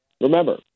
remember